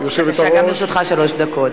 גם לרשותך שלוש דקות.